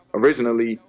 originally